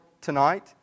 tonight